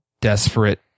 desperate